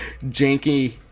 janky